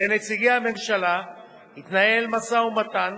לנציגי הממשלה התנהל משא-ומתן,